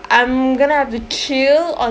I'm gonna have to chill on